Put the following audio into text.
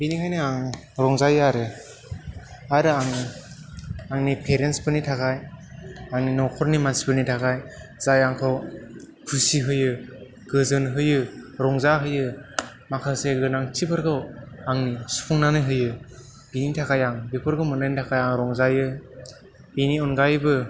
बेनिखायनो आं रंजायो आरो आरो आङो आंनि पेरेन्टस फोरनि थाखाय आंनि नखरनि मानसिफोरनि थाखाय जाय आंखौ खुसि होयो गोजोन होयो रंजा होयो माखासे गोनांथिफोरखौ आंनि सुफुंनानै होयो बेनि थाखाय आं बेफोरखौ मोन्नायनि थाखाय आं रंजायो बेनि अनगायैबो